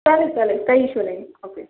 चालेल चालेल काही इशू नाही ओके